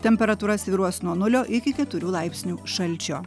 temperatūra svyruos nuo nulio iki keturių laipsnių šalčio